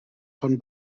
von